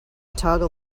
toggle